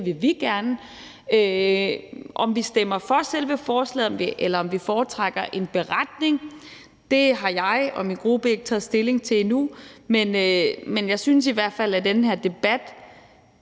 at vi gerne vil. Om vi stemmer for selve forslaget, eller om vi foretrækker en beretning, har jeg og min gruppe ikke taget stilling til endnu, men jeg synes i hvert fald, at den her debat